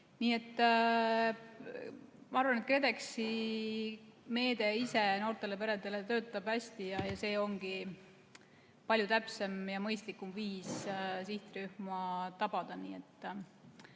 Ma arvan, et KredExi meede noortele peredele töötab hästi ja see ongi palju täpsem ja mõistlikum viis sihtrühma tabada.